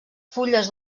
fulles